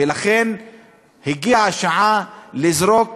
ולכן הגיעה השעה לזרוק